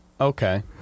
Okay